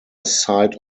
side